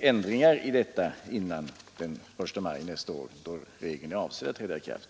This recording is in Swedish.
ändringar i regeln före den 1 maj nästa år, då den är avsedd att träda i kraft.